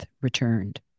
returned